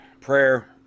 prayer